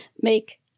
make